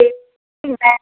की हुनका